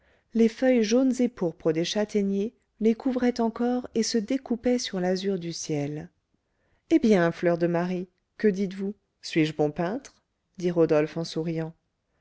les feuilles jaunes et pourpres des châtaigniers les couvraient encore et se découpaient sur l'azur du ciel eh bien fleur de marie que dites-vous suis-je bon peintre dit rodolphe en souriant